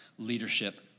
Leadership